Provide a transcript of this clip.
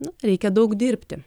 nu reikia daug dirbti